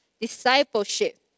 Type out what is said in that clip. discipleship